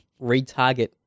retarget